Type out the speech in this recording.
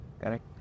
Correct